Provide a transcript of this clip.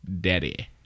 daddy